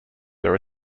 there